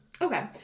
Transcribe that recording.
okay